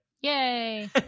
Yay